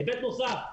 היבט נוסף.